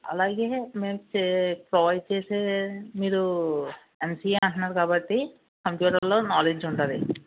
అలాగే మేము చే ప్రొవైడ్ చేసే మీరు ఎంసీఏ అంటున్నారు కాబట్టి కంప్యూటర్లో నాలెడ్జ్ ఉంటుంది